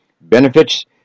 benefits